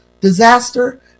disaster